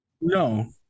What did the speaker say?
No